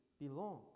belong